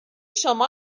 شما